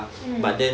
mm